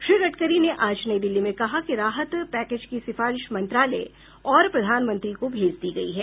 श्री गड़करी ने आज नई दिल्ली में कहा कि राहत पैकेज की सिफारिश मंत्रालय और प्रधानमंत्री को भेज दी गई है